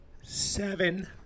Seven